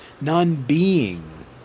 non-being